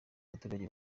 abaturage